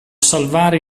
salvare